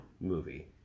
movie